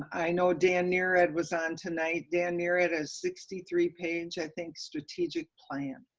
i know dan nearad was on tonight, dan nearad a sixty three page, i think strategic plan.